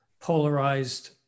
polarized